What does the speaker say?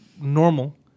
normal